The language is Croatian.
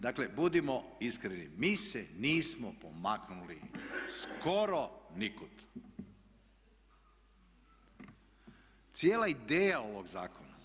Dakle budimo iskreni mi se nismo pomaknuli skoro nikud, cijela ideja ovog zakona.